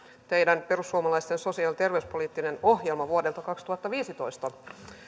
teidän perussuomalaisten sosiaali ja terveyspoliittinen ohjelma vuodelta kaksituhattaviisitoista